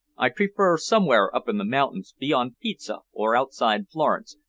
i'd prefer somewhere up in the mountains, beyond pisa, or outside florence,